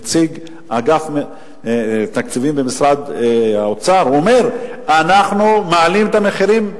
נציג אגף התקציבים במשרד האוצר אומר: אנחנו מעלים את המחירים,